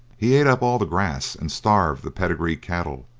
he ate up all the grass and starved the pedigree cattle,